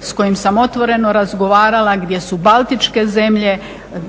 s kojim sam otvoreno razgovarala gdje su baltičke zemlje,